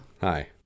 Hi